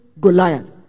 Goliath